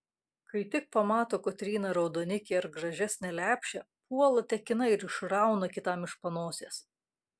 kai tik pamato kotryna raudonikį ar gražesnę lepšę puola tekina ir išrauna kitam iš panosės